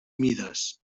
mides